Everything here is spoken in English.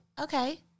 Okay